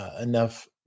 enough